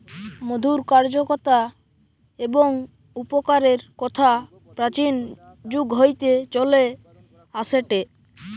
মধুর কার্যকতা এবং উপকারের কথা প্রাচীন যুগ হইতে চলে আসেটে